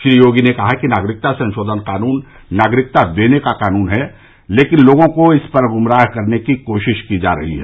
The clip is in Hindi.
श्री योगी ने कहा कि नागरिकता संशोधन कानून नागरिकता देने का कानून है लेकिन लोगों को इस पर गुमराह करने की कोशिश की जा रही है